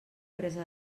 presa